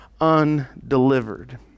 undelivered